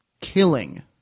Killing